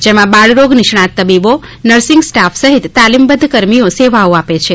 જેમાં બાળરોગ નિષ્ણાંત તબીબો નર્સીંગ સ્ટાફ સહિત તાલીમબધ્ધ કર્મીઓ સેવાઓ આપે છે